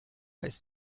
ist